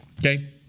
Okay